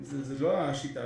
זאת לא השיטה.